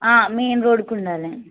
main రోడ్కి ఉండాలి అండి